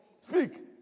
Speak